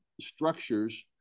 structures